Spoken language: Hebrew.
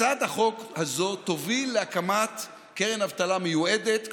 הצעת החוק הזאת תוביל להקמת קרן אבטלה מיועדת,